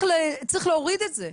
צריך להוריד את זה.